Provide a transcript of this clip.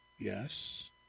Yes